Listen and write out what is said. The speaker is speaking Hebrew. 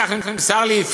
כך נמסר לי,